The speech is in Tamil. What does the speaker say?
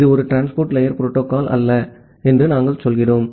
இது ஒரு டிரான்ஸ்போர்ட் லேயர் புரோட்டோகால் அல்ல என்று நாங்கள் சொல்கிறோம்